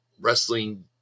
wrestling